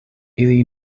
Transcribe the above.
ili